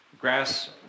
Grass